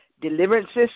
deliverances